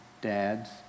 dads